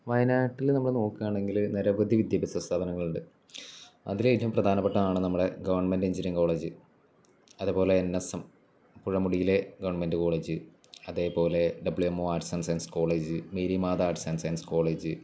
വയനാട്ടില് നമ്മള് നോക്കുകയാണെങ്കില് നിരവധി വിദ്യാഭ്യാസ സ്ഥാപനങ്ങളുണ്ട് അതിലേറ്റവും പ്രധാനപ്പെട്ടതാണു നമ്മുടെ ഗവൺമെന്റ് എഞ്ചിനീയറിങ് കോളേജ് അതേപോലെ എൻ എസ് എം പുഴമുടിയിലെ ഗവൺമെൻറ് കോളേജ് അതേപോലെ W M O arts and science college Marymatha arts and science college